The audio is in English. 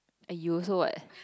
ah you also what